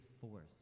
force